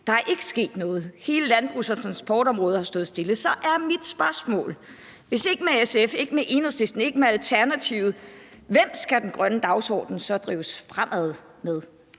Der er ikke sket noget, hele landbrugs- og transportområdet har stået stille. Så er mit spørgsmål: Hvis det ikke er med SF, ikke er med Enhedslisten og ikke er med Alternativet, hvem skal den grønne dagsorden så drives fremad med?